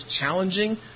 challenging